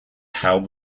held